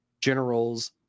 generals